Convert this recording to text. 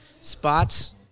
spots